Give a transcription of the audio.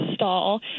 stall